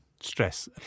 Stress